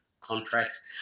contracts